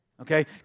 Okay